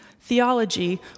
Theology